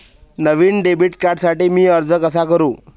नवीन debit कार्डसाठी मी अर्ज कसा करू?